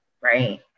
Right